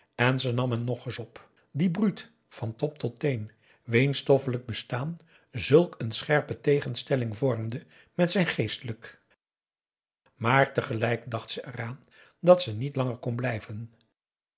en ze nam hem nog eens op dien brute van top tot teen wiens stoffelijk bestaan zulk een scherpe tegenstelling vormde met zijn geestelijk maar tegelijk dacht ze eraan dat ze niet langer kon blijven